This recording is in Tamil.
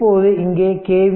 இப்போது இங்கே கே